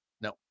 No